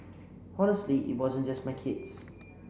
honestly it wasn't just my kids